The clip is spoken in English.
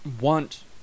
want